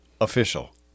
official